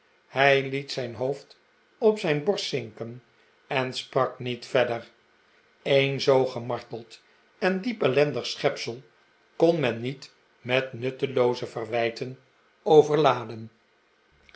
hij liet zijn hoofd op zijn borst zinken en sprak niet verder een zoo gemarteld en diep ellendig schepsel kon men niet met nuttelooze verwijten overladen